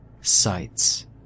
sights